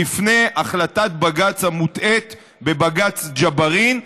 לפני החלטת בג"ץ המוטעית בבג"ץ ג'בארין,